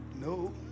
No